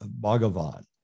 Bhagavan